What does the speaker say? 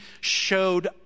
showed